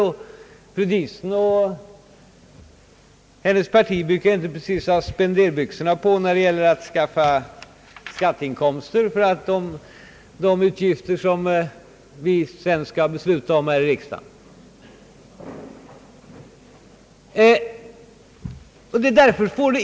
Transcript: Fru Diesen och hennes parti brukar inte precis ta spenderbyxorna på när det gäller att skaffa skatteinkomster för de utgifter som vi sedan skall besluta om här i riksdagen.